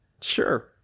Sure